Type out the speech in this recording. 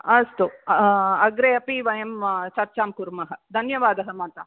अस्तु अग्रे अपि वयं चर्चां कुर्मः धन्यवादः मातः